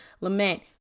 lament